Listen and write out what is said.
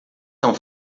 são